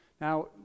Now